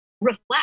reflect